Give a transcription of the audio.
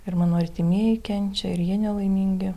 ir mano artimieji kenčia ir jie nelaimingi